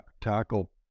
tackle